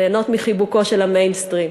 ליהנות מחיבוקו של ה"מיינסטרים".